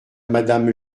madame